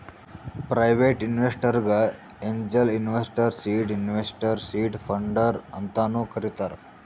private ಇನ್ವೆಸ್ಟರ್ಗ angel investor, seed investor, seed funder ಅಂತಾನು ಕರಿತಾರ್